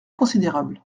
considérable